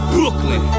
Brooklyn